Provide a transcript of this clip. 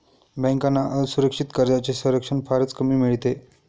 बँकांना असुरक्षित कर्जांचे संरक्षण फारच कमी मिळते